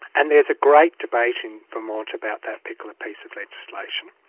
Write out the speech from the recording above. and there's a great debate in vermont about that particular piece of legislation.